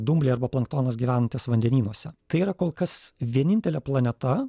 dumbliai arba planktonas gyvenantis vandenynuose tai yra kol kas vienintelė planeta